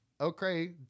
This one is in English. okay